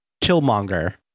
Killmonger